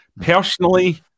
Personally